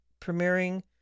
premiering